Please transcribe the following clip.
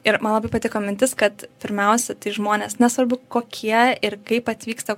ir man labai patiko mintis kad pirmiausia tai žmonės nesvarbu kokie ir kaip atvyksta